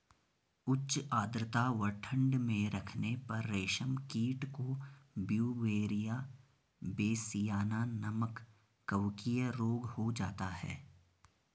उच्च आद्रता व ठंड में रखने पर रेशम कीट को ब्यूवेरिया बेसियाना नमक कवकीय रोग हो जाता है